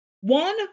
One